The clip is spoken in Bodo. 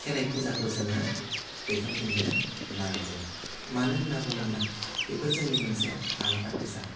खेराय फुजाखौ जोङो दिखांफिन्नो नांगोन मानो होन्ना बुङोब्ला बेफोर जोंनि मोनसे आलादा फुजा